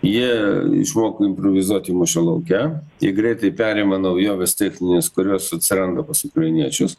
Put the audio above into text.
jie šoko improvizuoti mūšio lauke jie greitai perima naujoves technines kurios atsiranda pas ukrainiečius